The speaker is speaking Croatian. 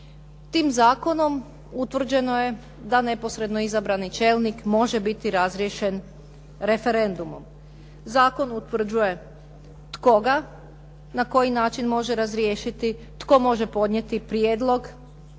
Tim zakonom utvrđeno je da neposredno izabrani čelnik može biti razriješen referendumom. Zakon utvrđuje tko ga, na koji način može razriješiti, tko može podnijeti prijedlog